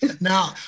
Now